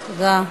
תודה.